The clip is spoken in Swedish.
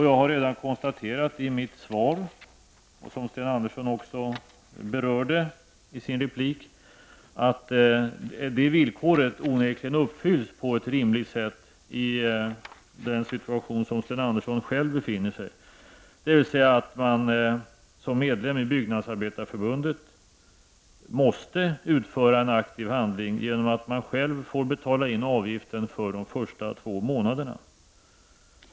Jag har redan konstaterat i mitt svar, vilket också Sten Andersson berörde i sitt anförande, att det villkoret onekligen uppfylls på ett rimligt sätt i den situation som Sten Andersson själv befinner sig i, dvs. att man som medlem i Byggnadsarbetareförbundet måste utföra en aktiv handling genom att själv betala in avgiften för de första två månaderna.